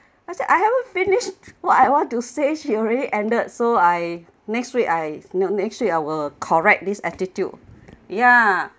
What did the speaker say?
I said I haven't finished what I want to say she already ended so I next week I you know next week I will correct this attitude ya